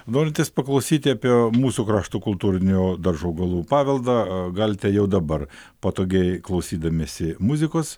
norintis paklausyti apie mūsų kraštų kultūrinio daržo augalų paveldą galite jau dabar patogiai klausydamiesi muzikos